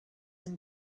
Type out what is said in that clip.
and